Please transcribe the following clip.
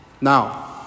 Now